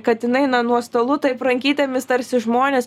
katinai na nuo stalų taip rankytėmis tarsi žmonės